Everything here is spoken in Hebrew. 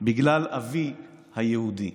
בגלל אבי היהודי?"